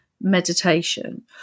meditation